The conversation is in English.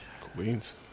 Queens